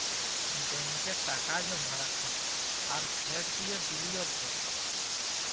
ব্যাংকে টাকা জমা রাখা আর সেট দিঁয়ে বিলিয়গ ক্যরা